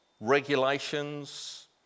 regulations